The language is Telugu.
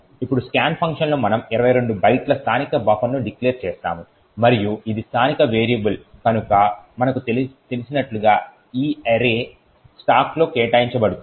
ఇప్పుడు స్కాన్ ఫంక్షన్లో మనము 22 బైట్ల స్థానిక బఫర్ను డిక్లేర్ చేస్తాము మరియు ఇది స్థానిక వేరియబుల్ కనుక మనకు తెలిసినట్లుగా ఈ అరే స్టాక్లో కేటాయించబడుతుంది